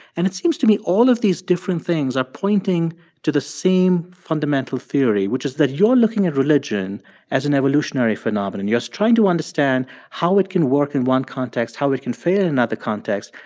and it seems to me all of these different things are pointing to the same fundamental theory, which is that you're looking at religion as an evolutionary phenomenon. you're trying to understand how it can work in one context, how it can fail in another context,